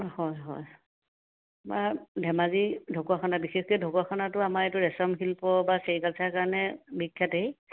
হয় হয় বাৰু ধেমাজি ঢকুৱাখানা বিশেষকৈ ঢকুৱাখানাৰটো আমাৰ এইটো ৰেচম শিল্প বা চেৰিকালচাৰৰ কাৰণে বিখ্যাতেই